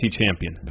champion